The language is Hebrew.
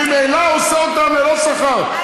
ממילא הוא עושה אותן ללא שכר.